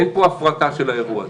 אין פה הפרטה של האירוע הזה.